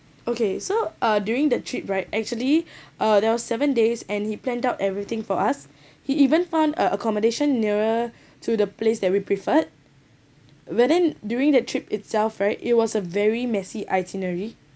okay so uh during the trip right actually uh there was seven days and he planned out everything for us he even found uh accommodation nearer to the place that we preferred where then during that trip itself right it was a very messy itinerary